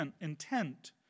intent